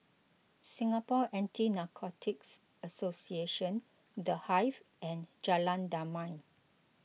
Singapore Anti Narcotics Association the Hive and Jalan Damai